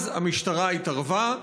אז המשטרה התערבה,